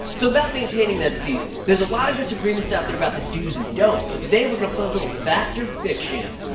so, about maintaining that seasoning. there's a lot of disagreements out there about the dos and don'ts, so today we're going to play a little fact or fiction.